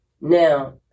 Now